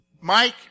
Mike